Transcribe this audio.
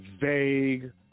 vague